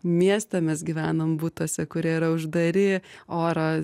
mieste mes gyvenam butuose kurie yra uždari oro